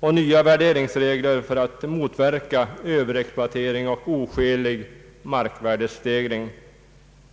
och nya värderingsregler för att motverka Ööverexploatering och oskälig markvärdestegring.